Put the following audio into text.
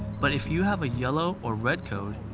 but if you have a yellow or red code,